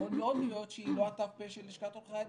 ויכול מאוד להיות שהיא לא הת"פ של לשכת עורכי הדין,